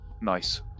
Nice